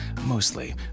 mostly